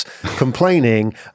complaining